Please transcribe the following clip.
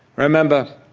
remember,